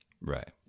Right